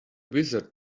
wizard